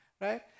right